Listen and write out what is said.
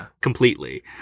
completely